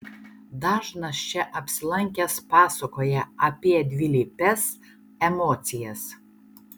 dažnas čia apsilankęs pasakoja apie dvilypes emocijas